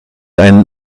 einen